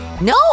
No